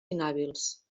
inhàbils